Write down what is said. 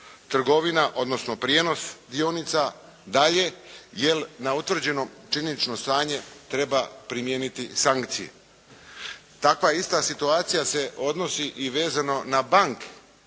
prodaja, odnosno prijenos dionica dalje, jer na utvrđeno činjenično stanje treba primijeniti sankcije. Takva ista situacija se odnosi i vezano za banke.